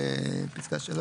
בפסקה (3),